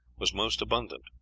was most abundant.